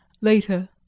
Later